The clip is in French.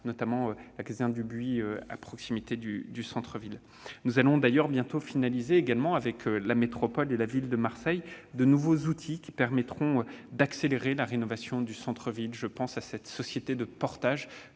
notamment la caserne du Muy à proximité du centre-ville. Nous allons bientôt finaliser avec la métropole et la ville de Marseille de nouveaux outils qui permettront d'accélérer la rénovation du centre-ville. Je pense à cette société de portage